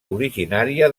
originària